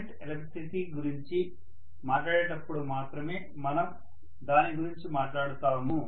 current electricity గురించి మాట్లాడేటప్పుడు మాత్రమే మనం దాని గురించి మాట్లాడతాము